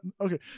Okay